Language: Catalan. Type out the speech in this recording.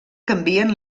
canvien